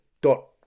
dot